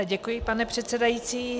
Děkuji, pane předsedající.